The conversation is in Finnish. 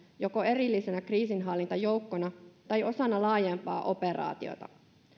joko erillisenä kriisinhallintajoukkona tai osana laajempaa operaatiota